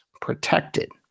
protected